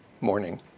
morning